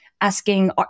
asking